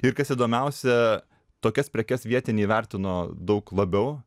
ir kas įdomiausia tokias prekes vietiniai įvertino daug labiau